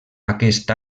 aquest